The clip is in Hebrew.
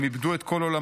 הם איבדו את כל עולמם,